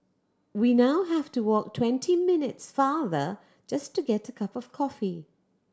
we now have to walk twenty minutes farther just to get a cup of coffee